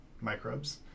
microbes